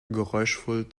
geräuschvoll